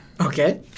Okay